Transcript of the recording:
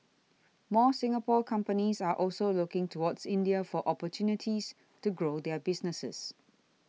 more Singapore companies are also looking towards India for opportunities to grow their businesses